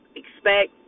expect